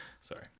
Sorry